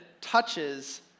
touches